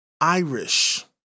Irish